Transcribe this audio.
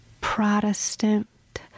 Protestant